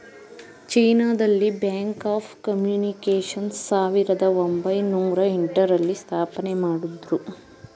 China ದಲ್ಲಿ bank of communications ಸಾವಿರದ ಒಂಬೈನೊರ ಎಂಟ ರಲ್ಲಿ ಸ್ಥಾಪನೆಮಾಡುದ್ರು